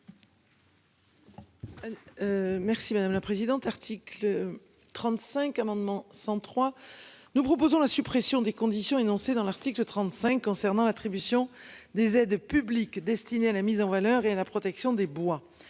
Merci madame la présidente article. 35, amendement 103, nous proposons la suppression des conditions énoncées dans l'article 35 concernant l'attribution des aides publiques destinées à la mise en valeur et à la protection des bois.